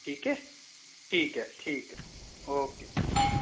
ठीक है ठीक है ठीक है ओके